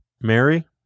Mary